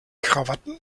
krawatten